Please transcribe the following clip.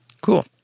Cool